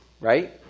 right